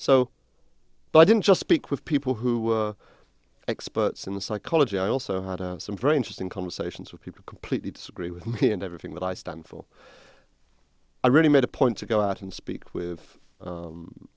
but i didn't just speak with people who were experts in the psychology i also had some very interesting conversations with people completely disagree with me and everything that i stand for i really made a point to go out and speak with